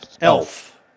Elf